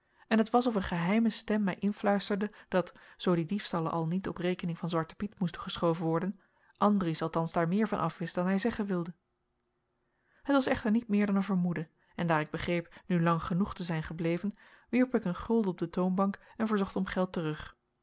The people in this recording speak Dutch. en het was of een geheime stem mij influisterde dat zoo die diefstallen al niet op rekening van zwarten piet moesten geschoven worden andries althans daar meer van af wist dan hij zeggen wilde het was echter niet meer dan een vermoeden en daar ik begreep nu lang genoeg te zijn gebleven wierp ik een gulden op de toonbank en verzocht om geld terug